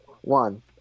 One